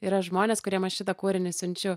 yra žmonės kuriem aš šitą kūrinį siunčiu